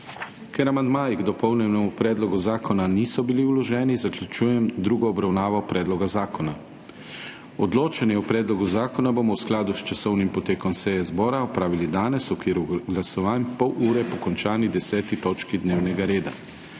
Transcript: Ker amandmaji k dopolnjenemu predlogu zakona niso bili vloženi, zaključujem drugo obravnavo predloga zakona. Odločanje o predlogu zakona bomo v skladu s časovnim potekom seje zbora opravili danes v okviru glasovanj, pol ure po končani 10. točki dnevnega reda.